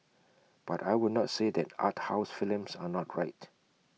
but I will not say that art house films are not right